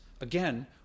again